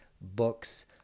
books